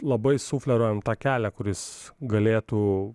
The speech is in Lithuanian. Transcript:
labai sufleruojam tą kelią kuris galėtų